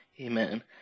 Amen